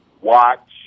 watch